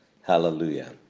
hallelujah